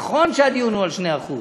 נכון שהדיון הוא על 2%,